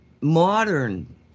modern